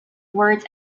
words